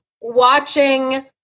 watching